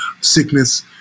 sickness